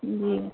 جی